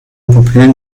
pupillen